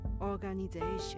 organization